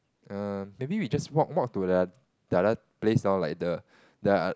err maybe we just walk walk to the the another place loh like the